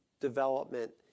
development